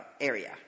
area